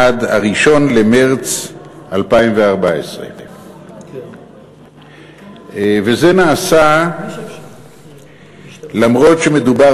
עד 1 במרס 2014. זה נעשה למרות שמדובר